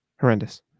Horrendous